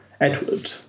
Edward